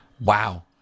wow